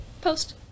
post